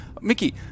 Mickey